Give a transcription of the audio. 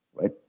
right